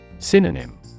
synonym